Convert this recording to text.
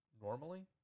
normally